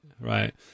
right